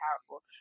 powerful